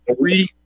three